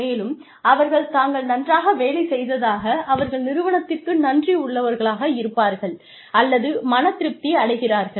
மேலும் அவர்கள் தாங்கள் நன்றாக வேலை செய்ததாக அவர்கள் நிறுவனத்திற்கு நன்றியுள்ளவர்களாக இருப்பார்கள் அல்லது மனத் திருப்தி அடைகிறார்கள்